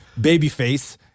babyface